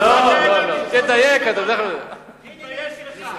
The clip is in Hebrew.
תתבייש לך.